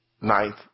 ninth